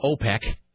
OPEC